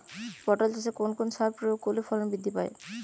পটল চাষে কোন কোন সার প্রয়োগ করলে ফলন বৃদ্ধি পায়?